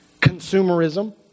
Consumerism